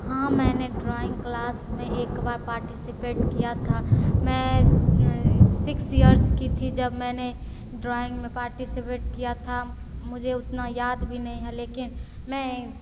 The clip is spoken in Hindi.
हाँ मैंने ड्राइंग क्लास में एक बार पार्टिसिपेट किया था मैं इस सिक्स ईयर्स की थी जब मैंने ड्राइंग में पार्टिसिपेट किया था मुझे उतना याद भी नहीं है लेकिन मैं